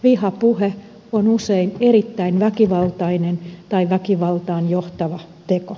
vihapuhe on usein erittäin väkivaltainen tai väkivaltaan johtava teko